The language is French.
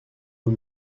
aux